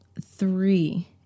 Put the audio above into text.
three